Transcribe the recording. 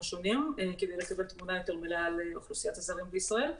השונים כדי לקבל תמונה יותר מלאה על אוכלוסיית הזרים בישראל.